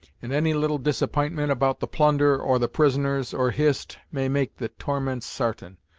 and any little disapp'intment about the plunder, or the prisoners, or hist, may make the torments sartain.